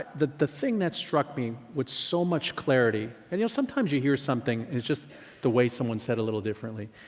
the the thing that struck me with so much clarity and you know sometimes you hear something and it's just the way someone said a little differently.